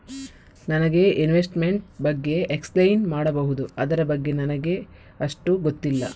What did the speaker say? ನನಗೆ ಇನ್ವೆಸ್ಟ್ಮೆಂಟ್ ಬಗ್ಗೆ ಎಕ್ಸ್ಪ್ಲೈನ್ ಮಾಡಬಹುದು, ಅದರ ಬಗ್ಗೆ ನನಗೆ ಅಷ್ಟು ಗೊತ್ತಿಲ್ಲ?